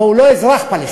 אבל הוא לא אזרח פלסטיני,